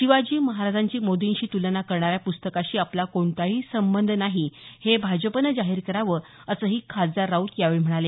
शिवाजी महाराजांची मोदींशी तुलना करणाऱ्या पुस्तकाशी आपला कोणताही संबंध नाही हे भाजपनं जाहीर करावं असंही खासदार राऊत यावेळी म्हणाले